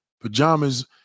Pajamas